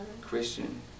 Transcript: Christian